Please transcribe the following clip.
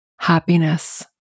happiness